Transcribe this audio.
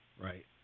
right